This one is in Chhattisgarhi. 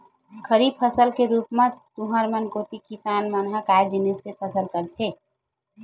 खरीफ फसल के रुप म तुँहर मन कोती किसान मन ह काय जिनिस के फसल लेथे?